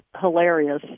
hilarious